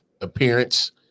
appearance